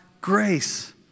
grace